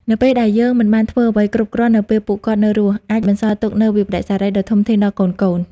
នៅពេលដែលយើងមិនបានធ្វើអ្វីគ្រប់គ្រាន់នៅពេលពួកគាត់នៅរស់ អាចបន្សល់ទុកនូវវិប្បដិសារីដ៏ធំធេងដល់កូនៗ។